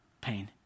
pain